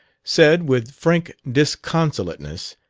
said with frank disconsolateness,